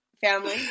family